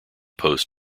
post